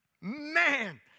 Man